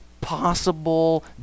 possible